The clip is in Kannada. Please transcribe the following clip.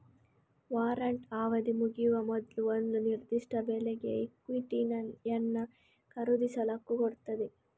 ವಾರಂಟ್ ಅವಧಿ ಮುಗಿಯುವ ಮೊದ್ಲು ಒಂದು ನಿರ್ದಿಷ್ಟ ಬೆಲೆಗೆ ಇಕ್ವಿಟಿಯನ್ನ ಖರೀದಿಸಲು ಹಕ್ಕು ಕೊಡ್ತದೆ